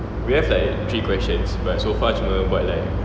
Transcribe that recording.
we have like three questions but so far cuma buat like